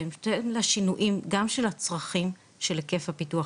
בהתאם לשינויים גם של הצרכים של היקף הפיתוח,